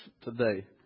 today